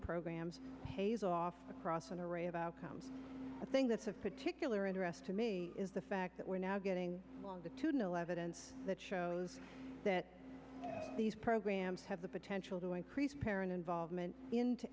programs pays off across an array of outcomes i think that's of particular interest to me is the fact that we're now getting along the two nil evidence that shows that these programs have the potential to increase parent involvement